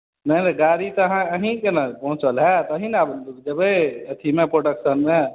नहि नहि गाड़ी तऽ अहाँ अहीँके ने पहुँचल हैत अहीँ ने आब देबै अथीमे प्रोडॅक्शनमे